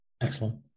Excellent